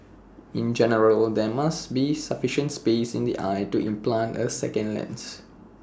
in general there must be sufficient space in the eye to implant A second lens